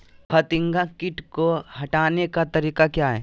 फतिंगा किट को हटाने का तरीका क्या है?